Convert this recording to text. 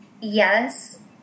yes